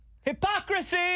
Hypocrisy